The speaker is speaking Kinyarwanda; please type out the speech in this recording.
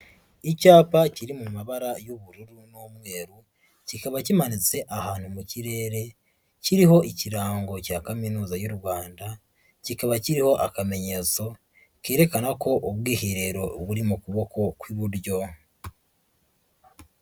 Icyapa kiri mu mabara y'ubururu n'umweru, kikaba kimanitse ahantu mu kirere kiriho ikirango cya Kaminuza y'u Rwanda, kikaba kiriho akamenyetso kerekana ko ubwiherero buri mu kuboko kw'iburyo.